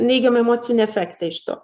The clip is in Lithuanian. neigiamą emocinį efektą iš to